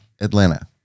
Atlanta